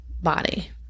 body